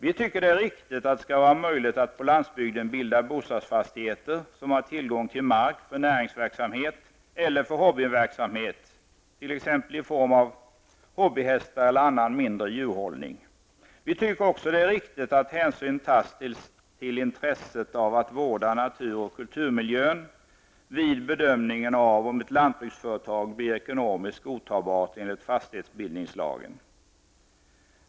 Vi tycker att det är riktigt att det skall vara möjligt att på landsbygden bilda bostadsfastigheter som har tillgång till mark för näringsverksamhet eller för hobbyverksamhet, t.ex. i form av hobbyhästar eller annan mindre djurhållning. Vi tycker också att det är riktigt att hänsyn tas till intresset av att vårda natur och kulturmiljön vid bedömningen av om ett lantbruksföretag blir ekonomiskt godtagbart enligt fastighetsbildningslagen.